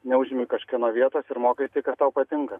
neužimi kažkieno vietos ir mokaisi kas tau patinka